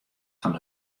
fan